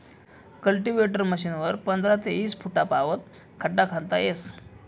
cultivator मशीनवरी पंधरा ते ईस फुटपावत खड्डा खणता येस